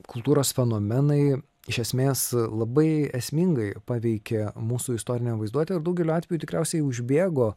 kultūros fenomenai iš esmės labai esmingai paveikė mūsų istorinę vaizduotę ir daugeliu atvejų tikriausiai užbėgo